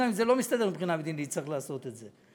גם אם זה לא מסתדר מבחינה מדינית צריך לעשות את זה,